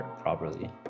properly